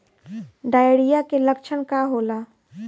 Diarrhoea के लक्षण का होला?